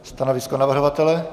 Stanovisko navrhovatele?